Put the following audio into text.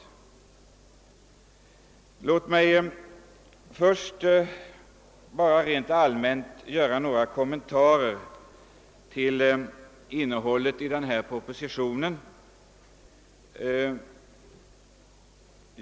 Låt mig rent allmänt göra några kommentarer till innehållet i denna proposition.